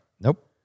Nope